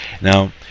Now